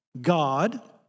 God